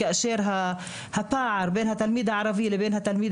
כאשר הפער בין התלמיד הערבי לבין התלמיד